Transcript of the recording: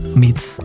meets